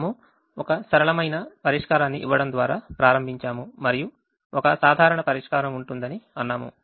మనము ఒక సరళమైన పరిష్కారాన్ని ఇవ్వడం ద్వారా ప్రారంభించాము మరియు ఒక సాధారణ పరిష్కారం ఉంటుంది అని అన్నాము